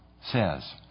says